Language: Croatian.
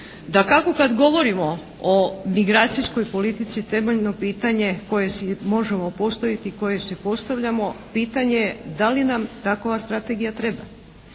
Dakako kad govorimo o migracijskoj politici, temeljno pitanje koje si možemo postaviti i koje si postavljamo, pitanje je da li nam takva strategija treba?